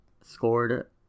scored